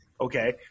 okay